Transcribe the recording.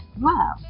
Wow